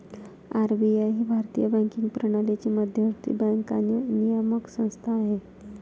RBI ही भारतीय banking प्रणालीची मध्यवर्ती बँक आणि नियामक संस्था आहे